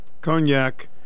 cognac